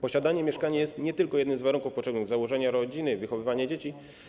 Posiadanie mieszkania nie tylko jest jednym z warunków potrzebnych do założenia rodziny, wychowywania dzieci.